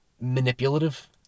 manipulative